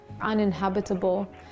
uninhabitable